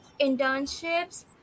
internships